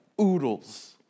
oodles